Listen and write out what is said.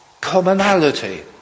commonality